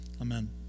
Amen